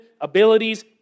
abilities